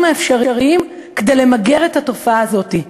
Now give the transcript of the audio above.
האפשריים כדי למגר את התופעה הזאת.